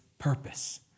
purpose